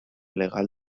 legal